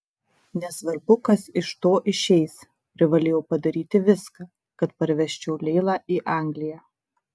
nesvarbu kas iš to išeis privalėjau padaryti viską kad parvežčiau leilą į angliją